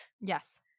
Yes